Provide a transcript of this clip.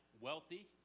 wealthy